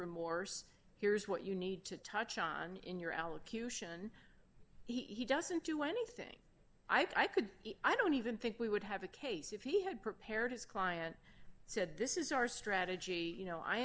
remorse here's what you need to touch on in your elocution he doesn't do anything i could i don't even think we would have a case if he had prepared his client said this is our strategy you know i